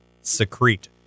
Secrete